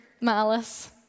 malice